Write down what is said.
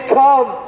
come